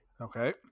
Okay